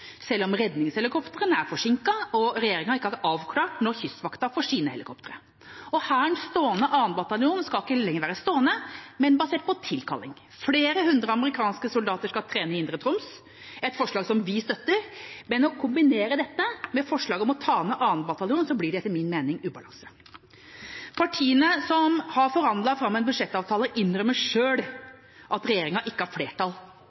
selv om redningshelikoptrene er forsinket og regjeringa ikke har avklart når Kystvakten får sine helikoptre. Og Hærens stående 2. bataljon skal ikke lenger være stående, men basert på tilkalling. Flere hundre amerikanske soldater skal trene i indre Troms – et forslag vi støtter – men når man kombinerer dette med forslaget om å ta ned 2. bataljon, blir det etter min mening ubalanse. Partiene som har forhandlet fram en budsjettavtale, innrømmer selv at regjeringa ikke har flertall